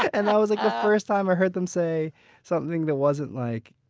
and that was like the first time i heard them say something that wasn't like